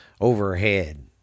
overhead